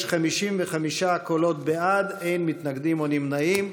יש 55 קולות, אין מתנגדים או נמנעים.